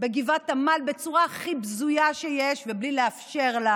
בגבעת עמל בצורה הכי בזויה שיש ובלי לאפשר לה